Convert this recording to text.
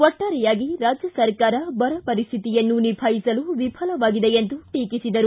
ಒಟ್ಟಾರೆಯಾಗಿ ರಾಜ್ಯ ಸರ್ಕಾರ ಬರಪರಿಸ್ತಿತಿಯನ್ನು ನಿಭಾಯಿಸಲು ವಿಫಲವಾಗಿದೆ ಎಂದು ಟೀಕಿಸಿದರು